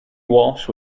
walsh